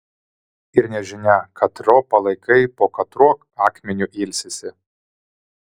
ir nežinia katro palaikai po katruo akmeniu ilsisi